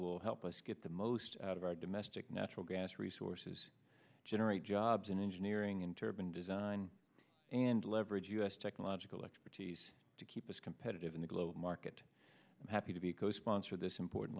will help us get the most out of our domestic natural gas resources generate jobs in engineering and turban design and leverage us technological expertise to keep us competitive in the global market happy to be co sponsor of this important